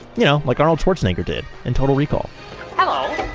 you know, like arnold schwarzenegger did in total recall hello,